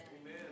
amen